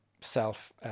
self